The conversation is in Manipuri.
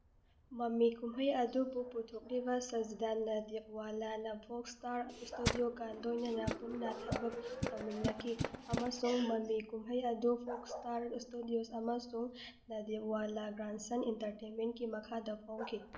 ꯃꯃꯤ ꯀꯨꯝꯍꯩ ꯑꯗꯨꯕꯨ ꯄꯨꯊꯣꯛꯂꯤꯕ ꯁꯖꯤꯗꯥ ꯅꯥꯗꯤꯌꯠꯋꯂꯥꯅ ꯐꯣꯛꯁ ꯏꯁꯇꯥꯔ ꯏꯁꯇꯗꯤꯑꯣꯀ ꯂꯣꯏꯅꯅ ꯄꯨꯟꯅ ꯊꯕꯛ ꯇꯧꯃꯤꯟꯅꯈꯤ ꯑꯃꯁꯨꯡ ꯃꯃꯤ ꯀꯨꯝꯍꯩ ꯑꯗꯨ ꯐꯣꯛꯁ ꯏꯁꯇꯥꯔ ꯏꯁꯇꯗꯤꯑꯣꯁ ꯑꯃꯁꯨꯡ ꯅꯥꯗꯤꯌꯠꯋꯂꯥ ꯒ꯭ꯔꯥꯟꯁꯟ ꯏꯟꯇꯔꯇꯦꯟꯃꯦꯟꯀꯤ ꯃꯈꯥꯗ ꯐꯣꯡꯈꯤ